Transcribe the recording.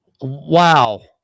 Wow